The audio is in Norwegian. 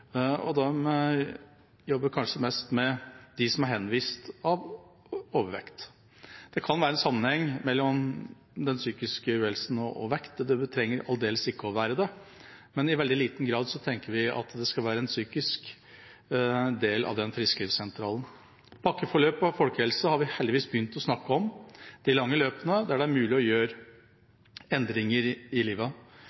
og de jobber kanskje mest med dem som er henvist på grunn av overvekt. Det kan være en sammenheng mellom psykisk uhelse og vekt, men det trenger aldeles ikke å være det. Men i veldig liten grad tenker vi at psykisk helse skal være en del av frisklivssentralene. Pakkeforløp og folkehelse har vi heldigvis begynt å snakke om, de lange løpene, der det er mulig å gjøre